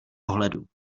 ohledu